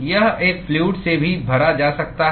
यह एक फ्लूअड से भी भरा जा सकता है